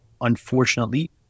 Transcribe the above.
unfortunately